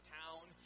town